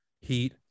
heat